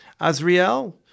Azriel